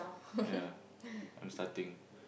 ya I'm starting